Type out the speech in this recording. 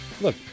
look